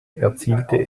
erzielte